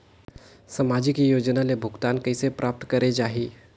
समाजिक योजना ले भुगतान कइसे प्राप्त करे जाहि?